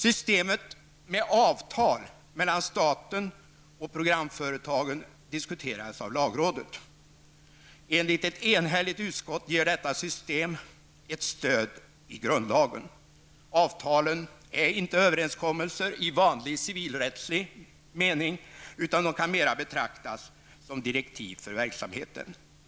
Systemet med avtal mellan staten och programföretagen diskuterades av lagrådet. Enligt ett enhälligt utskott ges detta system ett stöd i grundlagen. Avtalen är inte överenskommelser i vanlig civilrättslig mening utan kan mera betraktas som direktiv för verksamheten.